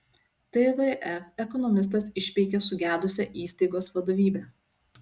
tvf ekonomistas išpeikė sugedusią įstaigos vadovybę